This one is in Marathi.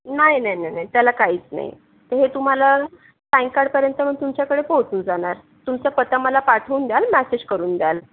नाही नाही नाही नाही त्याला काहीच नाही ते तुम्हाला सायंकाळपर्यंत तुमच्याकडे पोहचून जाणार तुमचा पत्ता मला पाठवून द्याल मॅसेज करून द्याल